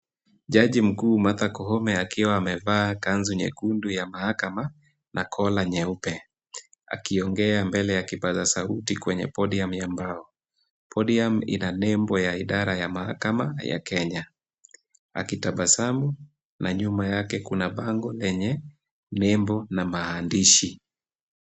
Jaji mkuu Martha Koome akiwa amevaa kanzu nyekundu ya mahakama na kola nyeupe akiongea mbele ya kipaza sauti kwenye podium ya mbao. Podium ina nembo ya idara ya mahakama ya Kenya akitabasamu na nyuma yake kuna bango lenye nembo na maandishi.